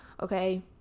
Okay